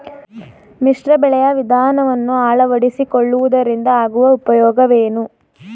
ಮಿಶ್ರ ಬೆಳೆಯ ವಿಧಾನವನ್ನು ಆಳವಡಿಸಿಕೊಳ್ಳುವುದರಿಂದ ಆಗುವ ಉಪಯೋಗವೇನು?